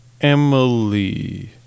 emily